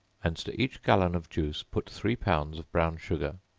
and to each gallon of juice put three pounds of brown sugar,